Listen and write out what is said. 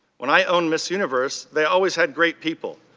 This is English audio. when i owned miss universe, they always had great people.